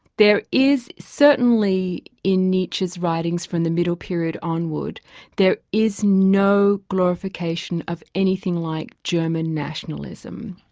there is certainly in nietzsche's writings from the middle period onward, there is no glorification of anything like german nationalism.